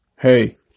Hey